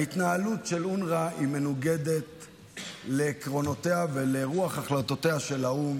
ההתנהלות של אונר"א היא מנוגדת לעקרונותיו ולרוח החלטותיו של האו"ם